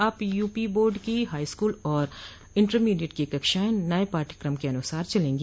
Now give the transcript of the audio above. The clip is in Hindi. अब यूपी बोर्ड की हाईस्कूल और इंटरमीडिएट की कक्षाएं नये पाठ्यक्रम के अनुसार चलेंगी